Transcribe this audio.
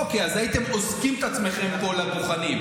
אוקיי, אז הייתם אוזקים את עצמכם פה לדוכנים.